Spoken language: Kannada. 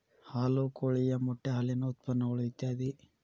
ಹಾಲು ಕೋಳಿಯ ಮೊಟ್ಟೆ ಹಾಲಿನ ಉತ್ಪನ್ನಗಳು ಇತ್ಯಾದಿ